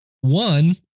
One